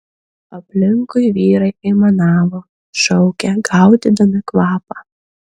aplinkui vyrai aimanavo šaukė gaudydami kvapą